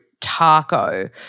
taco